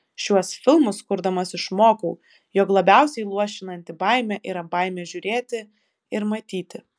šiuos filmus kurdamas išmokau jog labiausiai luošinanti baimė yra baimė žiūrėti ir matyti